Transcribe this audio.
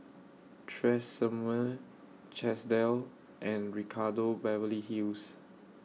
Tresemme Chesdale and Ricardo Beverly Hills